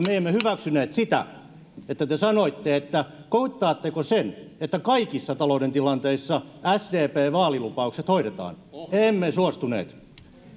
me emme hyväksyneet sitä kun te kysyitte että kuittaatteko sen että kaikissa talouden tilanteissa sdpn vaalilupaukset hoidetaan emme suostuneet